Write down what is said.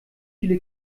viele